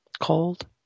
Cold